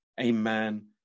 amen